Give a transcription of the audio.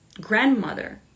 grandmother